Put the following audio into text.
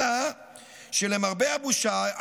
אלא שלמרבה הבושה,